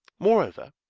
moreover,